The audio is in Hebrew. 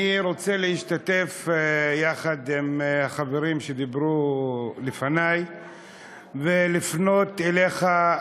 אני רוצה להשתתף יחד עם חברים שדיברו לפני ולפנות אליך,